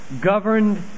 governed